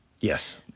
Yes